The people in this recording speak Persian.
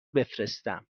بفرستم